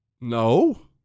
no